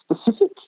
specific